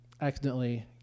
accidentally